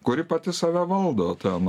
kuri pati save valdo ten